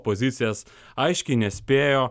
pozicijas aiškiai nespėjo